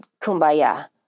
kumbaya